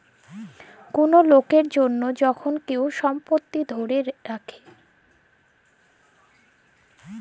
call লকের জনহ যখল কেহু সম্পত্তি ধ্যরে রাখে